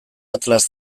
atlas